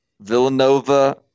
Villanova